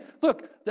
look